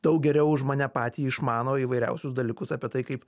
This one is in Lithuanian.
daug geriau už mane patį išmano įvairiausius dalykus apie tai kaip